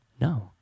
No